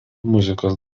muzikos